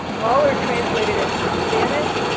all are translated into spanish.